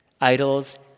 Idols